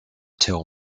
tell